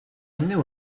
knew